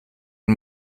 und